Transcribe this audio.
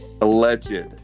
alleged